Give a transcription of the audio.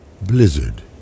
Blizzard